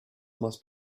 must